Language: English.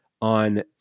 on